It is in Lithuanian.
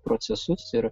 procesus ir